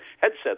headsets